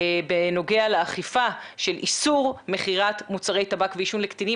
בנוגע לאכיפה של איסור מכירת מוצרי טבק ועישון לקטינים.